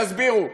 תסבירו.